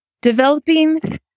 developing